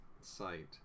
site